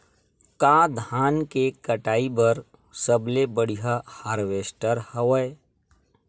का धान के कटाई बर सबले बढ़िया हारवेस्टर हवय?